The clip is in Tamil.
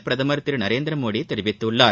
பிரதமர் திரு நரேந்திரமோடி தெரிவித்துள்ளார்